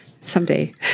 Someday